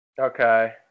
Okay